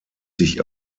sich